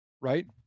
right